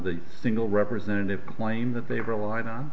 the single representative claim that they've relied on